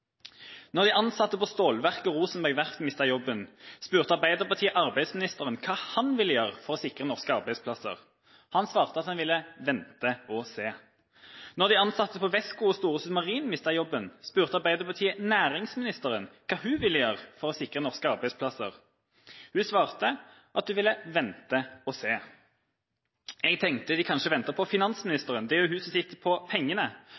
de ansatte på stålverket og på Rosenberg Verft mistet jobben, spurte Arbeiderpartiet arbeidsministeren hva han ville gjøre for å sikre norske arbeidsplasser. Han svarte at han ville vente og se. Da de ansatte i Westcon og i Storesund Marine mistet jobben, spurte Arbeiderpartiet næringsministeren hva hun ville gjøre for å sikre norske arbeidsplasser. Hun svarte at hun ville vente og se. Jeg tenkte at vi kanskje venter på